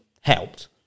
helped